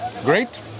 Great